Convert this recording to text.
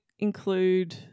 Include